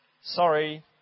Sorry